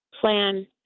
plan